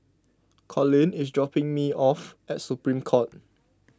Colin is dropping me off at Supreme Court